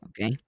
okay